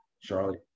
Charlie